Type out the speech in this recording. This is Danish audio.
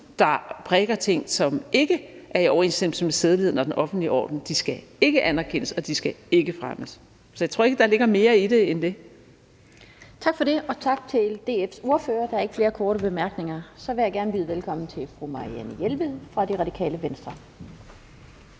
som prædiker ting, som ikke er i overensstemmelse med sædeligheden og den offentlige orden, ikke skal anerkendes og ikke skal fremmes. Så jeg tror ikke, der ligger mere i det end det. Kl. 13:18 Den fg. formand (Annette Lind): Tak for det, og tak til DF's ordfører. Der er ikke flere korte bemærkninger. Så vil jeg gerne byde velkommen til fru Marianne Jelved fra Det Radikale Venstre.